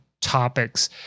topics